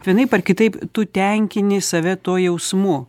vienaip ar kitaip tu tenkini save tuo jausmu